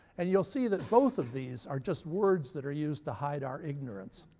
and you'll see that both of these are just words that are used to hide our ignorance.